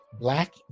black